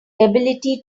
ability